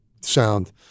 sound